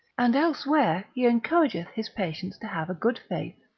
and elsewhere he encourageth his patients to have a good faith,